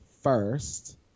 first